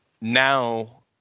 now